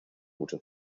mucho